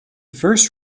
first